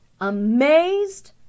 amazed